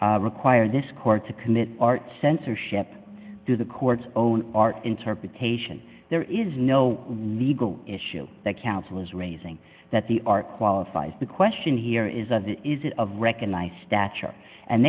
require this court to commit art censorship through the courts own art interpretation there is no legal issue that counsel is raising that the art qualifies the question here is of the is it of recognized stature and